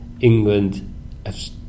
England